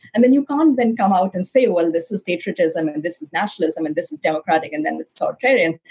and then you can then come out and say, well, this is patriotism, and this is nationalism, and this is democratic and then authoritarian.